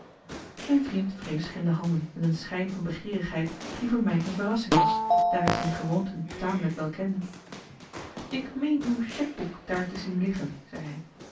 mijn vriend wreef zich in de handen met een schijn van begeerigheid die voor mij een verrassing was daar ik zijn gewoonten tamelijk wel kende ik meen uw chèque boek daar te zien liggen zei